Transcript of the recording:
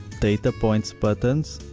data points buttons